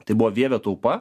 tai buvo vievio taupa